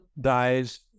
dies